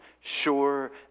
sure